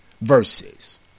Verses